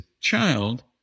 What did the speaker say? child